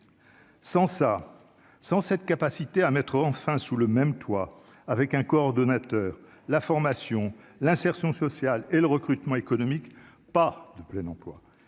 Sans ça, sans cette capacité à mettre enfin sous le même toit avec un coordonnateur, la formation, l'insertion sociale et le recrutement économique, pas de plein emploi,